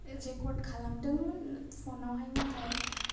record खालामदोंमोन फनावहाय नाथाय